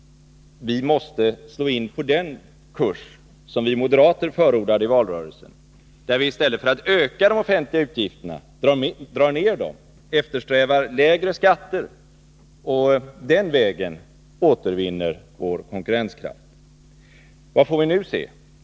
Vi måste slå in på den kurs som vi moderater förordade i valrörelsen, där vi i stället för att öka de offentliga utgifterna drar ned dem, eftersträvar lägre skatter och Nr 35 den vägen återvinner vår konkurrenskraft. Fredagen den Vad får vi nu se?